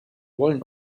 wollen